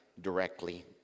directly